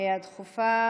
דחופה